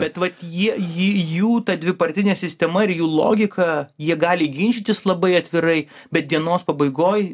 bet vat jie jį jų ta dvipartinė sistema ir jų logika jie gali ginčytis labai atvirai bet dienos pabaigoj